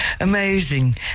Amazing